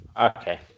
Okay